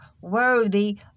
worthy